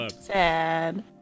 Sad